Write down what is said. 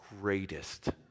greatest